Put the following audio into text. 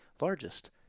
largest